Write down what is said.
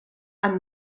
amb